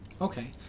Okay